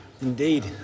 Indeed